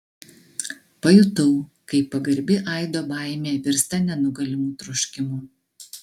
pajutau kaip pagarbi aido baimė virsta nenugalimu troškimu